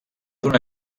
donar